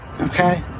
Okay